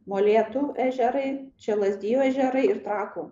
molėtų ežerai čia lazdijų ežerai ir trakų